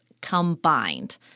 combined